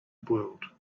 world